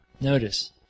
Notice